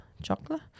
chocolate